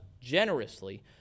generously